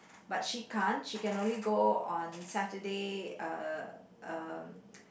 but she can't she can only go on Saturday uh um